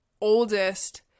oldest